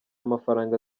mafaranga